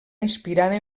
inspirada